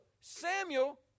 Samuel